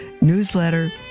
newsletter